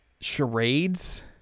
charades